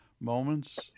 moments